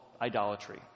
idolatry